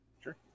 sure